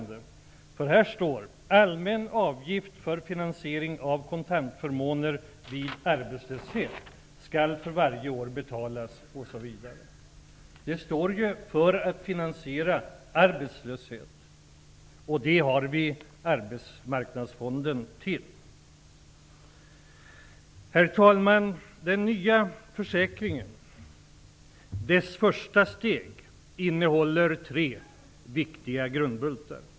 Det står i betänkandet att regeringen föreslår att en allmän avgift för finansiering av kontantförmåner vid arbetslöshet skall införas. Det står ju att avgiften skall finansiera arbetslöshet! Det har vi Arbetsmarknadsfonden till. Herr talman! Den nya försäkringens första steg innehåller tre viktiga grundbultar.